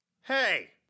Hey